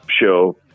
show